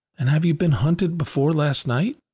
and have you been hunted before last night?